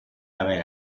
haber